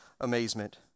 amazement